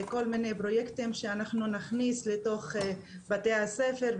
לכל מיני פרויקטים שאנחנו נכניס לתוך בתי הספר,